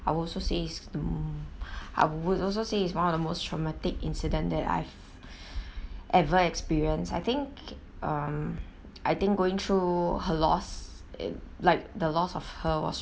I'd also says mm I would also say is one of the most traumatic incident that I've ever experienced I think um I think going through her loss in like the loss of her was